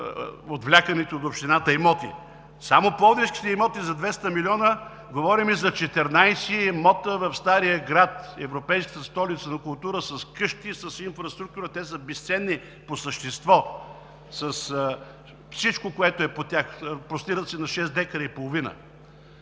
отвлечените от общината имоти. Само пловдивските имоти са за 200 милиона – говорим за 14 имота в Стария град, Европейската столица на културата, с къщи, с инфраструктура. Те са безценни по същество, с всичко, което е по тях – простират се на шест декара и половина.